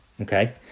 okay